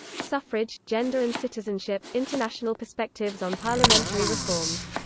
suffrage, gender and citizenship international perspectives on parliamentary reforms.